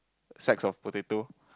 sacks of potato